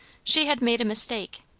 she had made a mistake,